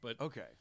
Okay